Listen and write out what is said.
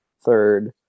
third